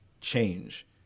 change